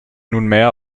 nunmehr